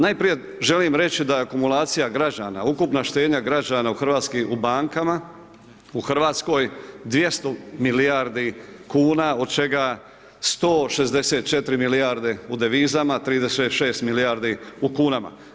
Najprije želim reći da je akumulacija građana, ukupna štednja građana u hrvatskim u bankama u Hrvatskoj 200 milijardi kuna od čega 164 milijarde u devizama, 36 milijardi u kunama.